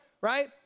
right